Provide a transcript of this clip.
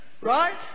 Right